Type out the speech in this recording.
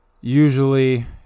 usually